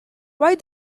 why